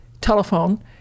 telephone